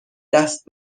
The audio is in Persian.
دست